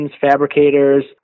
fabricators